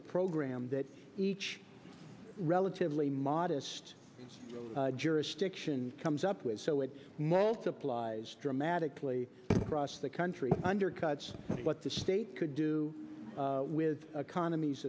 a program that each relatively modest jurisdiction comes up with so it multiplies dramatically cross the country undercuts what the state could do with a condom